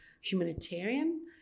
humanitarian